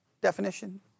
definition